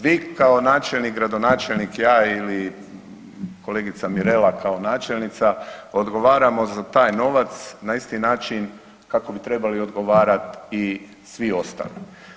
Vi kao načelnik, gradonačelnik ja ili kolegica Mirela kao načelnica odgovaramo za taj novac na isti način kako bi trebali odgovarati i svi ostali.